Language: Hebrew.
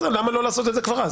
למה לא לעשות את זה אז?